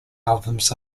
albums